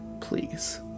Please